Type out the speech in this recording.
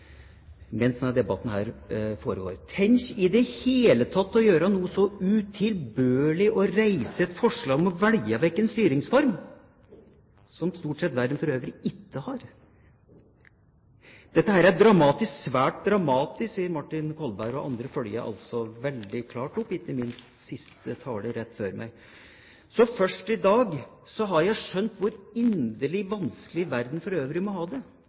i det hele tatt å gjøre noe så utilbørlig som å reise et forslag om å velge vekk en styringsform som stort sett verden for øvrig ikke har! Dette er svært dramatisk, sier Martin Kolberg, og andre følger veldig klart opp, ikke minst siste taler, rett før meg. Så først i dag har jeg skjønt hvor inderlig vanskelig verden for øvrig må ha det